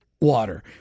water